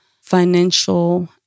financial